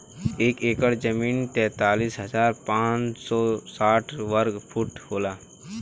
एक एकड़ जमीन तैंतालीस हजार पांच सौ साठ वर्ग फुट होला